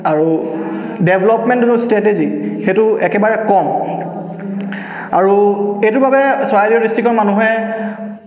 আৰু ডেভলপমেণ্ট আৰু ষ্ট্ৰেটেজি সেইটো একেবাৰে কম আৰু এইটো বাবে চৰাইদেউ ডিষ্ট্ৰিকৰ মানুহে